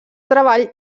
treball